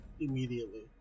immediately